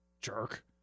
Jerk